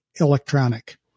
electronic